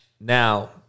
Now